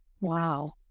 Wow